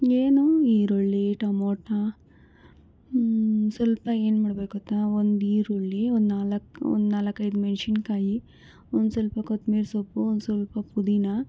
ಏನು ಈರುಳ್ಳಿ ಟೊಮಾಟೋ ಸ್ವಲ್ಪ ಏನು ಮಾಡ್ಬೇಕು ಗೊತ್ತಾ ಒಂದು ಈರುಳ್ಳಿ ಒಂದು ನಾಲ್ಕು ನಾಲ್ಕೈದು ಮೆಣಸಿನ್ಕಾಯಿ ಒಂದ್ಸ್ವಲ್ಪ ಕೊತ್ತಂಬ್ರಿ ಸೊಪ್ಪು ಒಂದ್ಸ್ವಲ್ಪ ಪುದೀನಾ